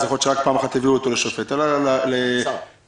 יכול להיות שרק פעם אחת הביאו אותו לפני שופט במעצר כמובן.